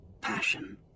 Passion